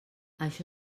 això